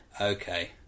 Okay